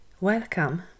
Welcome